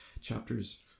chapters